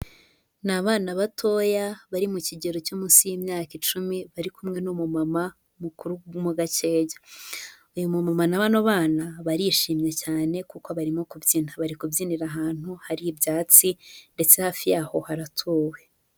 Ni abana batoya bari mu kigero cyo munsi y'imyaka icumi bari kumwe n'umumama mo gakeya, uyu mama na bano bana barishimye cyane kuko barimo kubyina, bari kubyinira ahantu hari ibyatsi ndetse hafi yaho haratuwe.